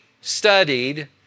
studied